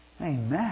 Amen